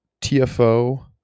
TFO